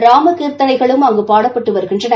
ராம கீர்த்தனைகளும் அங்கு பாடப்பட்டு வருகின்றன